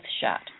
shot